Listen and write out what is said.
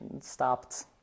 stopped